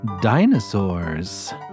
dinosaurs